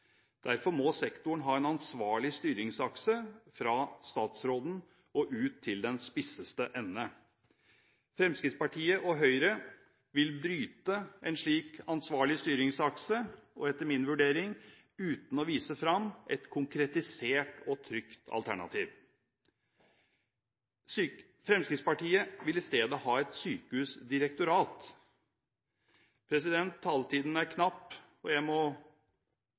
derfor må sektoren ha en ansvarlig styringsakse fra statsråden og ut til den spisseste ende. Fremskrittspartiet og Høyre vil bryte en slik ansvarlig styringsakse – og etter min vurdering – uten å vise fram et konkretisert og trygt alternativ. Fremskrittspartiet vil i stedet ha et sykehusdirektorat. Taletiden er knapp, og jeg må